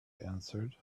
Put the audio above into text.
answered